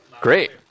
Great